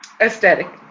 aesthetic